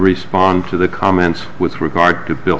respond to the comments with regard to bil